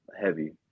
heavy